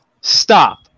Stop